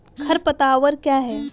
खरपतवार क्या है?